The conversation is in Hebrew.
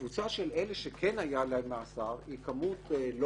הקבוצה של אלה שכן היה להם מאסר היא כמות לא